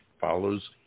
follows